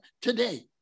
today